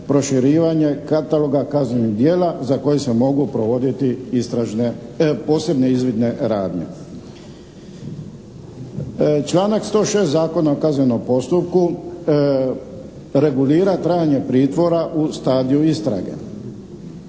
proširivanje kataloga kaznenih djela za koje se mogu provoditi istražne, posebne izvidne radnje. Članak 106. Zakona o kaznenom postupku regulira trajanje pritvora u stadiju istrage.